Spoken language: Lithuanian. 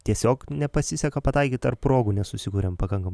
tiesiog nepasiseka pataikyt ar progų nesusikuriam pakankamai